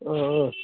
اۭں اۭں